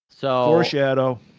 Foreshadow